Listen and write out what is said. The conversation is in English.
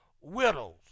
widows